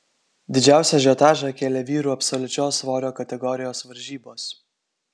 didžiausią ažiotažą kėlė vyrų absoliučios svorio kategorijos varžybos